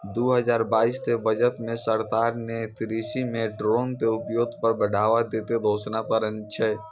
दू हजार बाइस के बजट मॅ सरकार नॅ कृषि मॅ ड्रोन के उपयोग पर बढ़ावा दै के घोषणा करनॅ छै